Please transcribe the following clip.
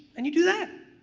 and you do that.